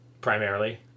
primarily